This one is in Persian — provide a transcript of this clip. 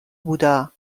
بودا